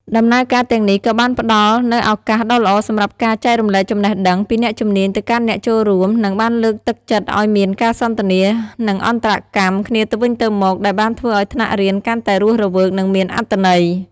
ដំណើរការទាំងនេះក៏បានផ្តល់នូវឱកាសដ៏ល្អសម្រាប់ការ ចែករំលែកចំណេះដឹង ពីអ្នកជំនាញទៅកាន់អ្នកចូលរួម និងបានលើកទឹកចិត្តឱ្យមាន ការសន្ទនា និងអន្តរកម្ម គ្នាទៅវិញទៅមក ដែលបានធ្វើឱ្យថ្នាក់រៀនកាន់តែរស់រវើកនិងមានអត្ថន័យ។